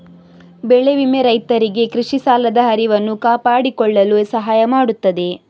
ಬೆಳೆ ವಿಮೆ ರೈತರಿಗೆ ಕೃಷಿ ಸಾಲದ ಹರಿವನ್ನು ಕಾಪಾಡಿಕೊಳ್ಳಲು ಸಹಾಯ ಮಾಡುತ್ತದೆ